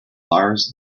lars